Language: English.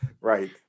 Right